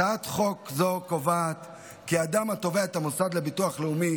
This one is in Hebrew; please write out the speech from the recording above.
הצעת חוק זו קובעת כי אדם התובע את המוסד לביטוח לאומי